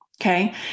Okay